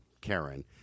Karen